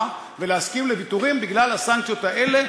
ולהסכים לוויתורים בגלל הסנקציות האלה,